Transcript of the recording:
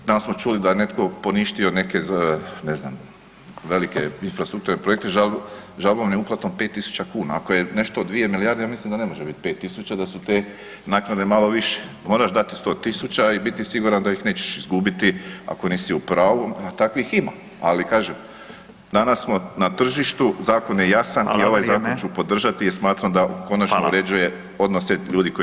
Danas smo čuli da je netko poništio neke ne znam, velike infrastrukturne projekte, žalbom i uplatom 5000 kn, ako nešto 2 milijarde, ja mislim da ne može biti 5000, da su te naknade malo više, moraš dati 100 000 i biti siguran da ih neće izgubiti ako nisi u pravu a takvih ima, ali kažem, danas smo na tržištu, zakon je jasan [[Upadica Radin: Hvala, vrijeme.]] i ovaj zakon ću podržati jer smatram da konačno uređuje [[Upadica Radin: Hvala.]] odnose ljudi koji